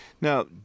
Now